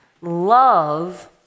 Love